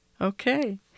Okay